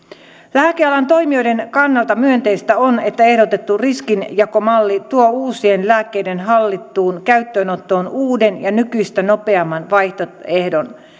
lääkealan toimijoiden kannalta myönteistä on että ehdotettu riskinjakomalli tuo uusien lääkkeiden hallittuun käyttöönottoon uuden ja nykyistä nopeamman vaihtoehdon